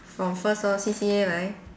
from first lor C_C_A 来